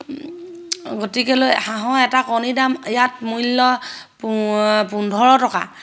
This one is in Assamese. গতিকেলৈ হাঁহৰ এটা কণী দাম ইয়াত মূল্য পোন্ধৰ টকা